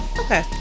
Okay